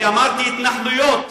אני אמרתי "התנחלויות".